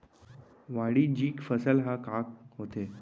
वाणिज्यिक फसल का होथे?